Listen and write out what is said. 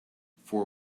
four